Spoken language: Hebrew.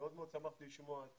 מאוד מאוד שמחתי לשמוע את